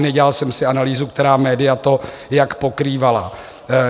Nedělal jsem si analýzu, která média to jak pokrývala.